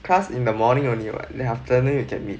class in the morning only what then afternoon you can meet